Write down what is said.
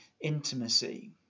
intimacy